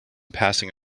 passing